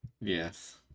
Yes